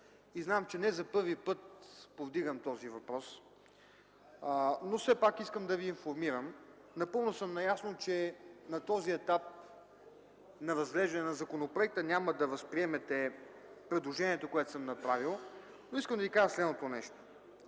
Знам, че не за първи път повдигам този въпрос, но все пак искам да Ви информирам. Напълно съм наясно, че на този етап на разглеждане на законопроекта няма да възприемете предложението, което съм направил, но искам да Ви кажа следното нещо.